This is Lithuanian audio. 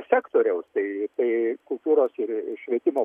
sektoriaus tai tai kultūros ir švietimo